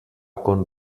con